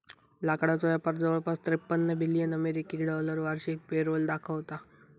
लाकडाचो व्यापार जवळपास त्रेपन्न बिलियन अमेरिकी डॉलर वार्षिक पेरोल दाखवता